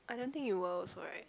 I don't think you were also right